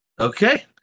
Okay